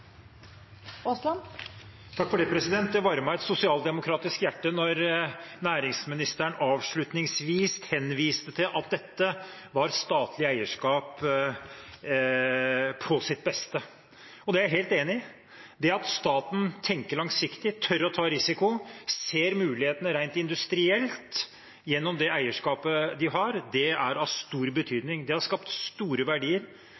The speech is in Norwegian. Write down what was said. sosialdemokratisk hjerte da næringsministeren avslutningsvis henviste til at dette var statlig eierskap på sitt beste. Det er jeg helt enig i. Det at staten tenker langsiktig, tør å ta risiko, ser mulighetene rent industrielt gjennom det eierskapet de har, er av stor